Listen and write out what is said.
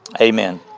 amen